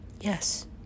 yes